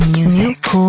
Music